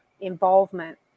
involvement